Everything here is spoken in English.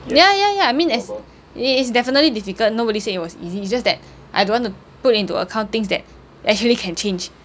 ya ya ya I mean as it's definitely difficult nobody said it was easy it's just that I don't want to put into account things that actually can change